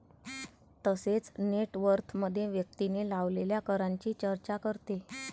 तसेच नेट वर्थमध्ये व्यक्तीने लावलेल्या करांची चर्चा करते